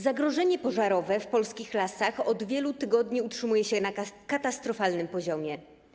Zagrożenie pożarowe w polskich lasach od wielu tygodni utrzymuje się na katastrofalnym poziomie.